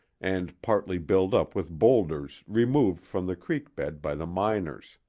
and partly built up with bowlders removed from the creek bed by the miners.